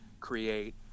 create